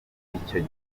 icyo